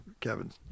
Kevins